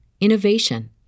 innovation